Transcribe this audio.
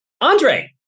Andre